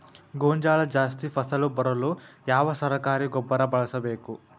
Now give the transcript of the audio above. ಗೋಂಜಾಳ ಜಾಸ್ತಿ ಫಸಲು ಬರಲು ಯಾವ ಸರಕಾರಿ ಗೊಬ್ಬರ ಬಳಸಬೇಕು?